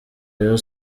rayon